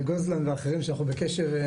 גוזלן ואחרים שאנחנו בקשר,